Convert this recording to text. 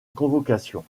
convocation